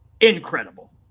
incredible